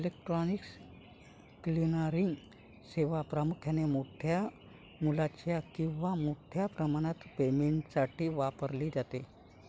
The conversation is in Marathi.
इलेक्ट्रॉनिक क्लिअरिंग सेवा प्रामुख्याने मोठ्या मूल्याच्या किंवा मोठ्या प्रमाणात पेमेंटसाठी वापरली जाते